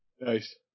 Nice